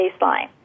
baseline